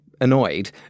annoyed